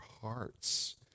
hearts